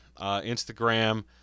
Instagram